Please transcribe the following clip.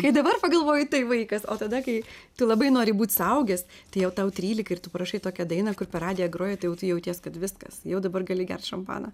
kai dabar pagalvoji tai vaikas o tada kai tu labai nori būt suaugęs tai jau tau trylika ir tu rašai tokią dainą kur per radiją groja tai jau tu jauties kad viskas jau dabar gali gert šampaną